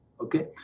Okay